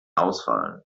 ausfallen